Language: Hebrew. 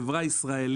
של חברה ישראלית,